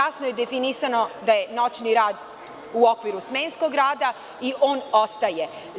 Jasno je definisano da je noćni rad u okviru smenskog rada i on ostaje.